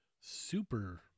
super